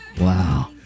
Wow